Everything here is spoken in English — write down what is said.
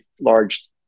large